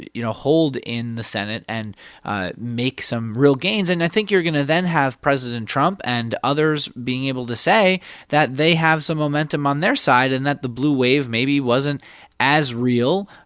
you know, hold in the senate and ah make some real gains. and i think you're going to then have president trump and others being able to say that they have some momentum on their side and that the blue wave maybe wasn't as real,